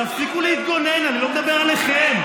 חצוף, תפסיקו להתגונן, אני לא מדבר עליכם.